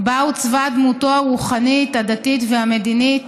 בה עוצבה דמותו הרוחנית, הדתית והמדינית,